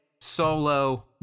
Solo